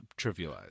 trivialized